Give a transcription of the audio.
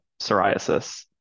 psoriasis